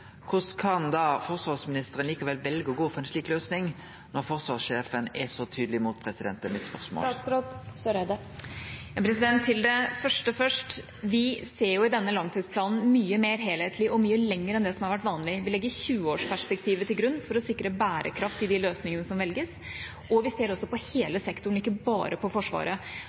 kan forsvarsministeren likevel velje å gå for ei slik løysing, når forsvarssjefen er så tydeleg imot? Til det første først. Vi har i denne langtidsplanen et mye mer helhetlig syn og ser mye lenger enn det som har vært vanlig. Vi legger 20-årsperspektivet til grunn for å sikre bærekraft i de løsningene som velges, og vi ser også på hele sektoren, ikke bare på Forsvaret.